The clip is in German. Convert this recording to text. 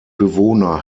bewohner